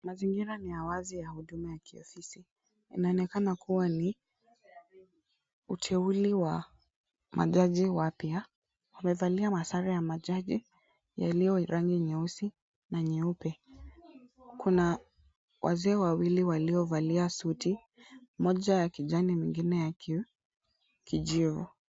Mazingira ni ya wazi ya huduma ya kiafisi, inaonekana kuwa ni uteule wa majaji wapya wamevalia masare ya majaji yaliyo rangi nyeusi na nyeupe. Kuna wazee wawili waliovalia suti moja ya kijani mwingine ya kijivu.